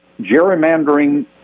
gerrymandering